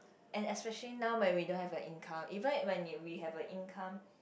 and especially now when we don't have a income even if when we have a income